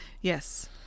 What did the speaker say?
Yes